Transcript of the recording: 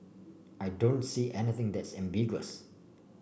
I don't see anything that's ambiguous